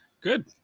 good